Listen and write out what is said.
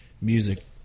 music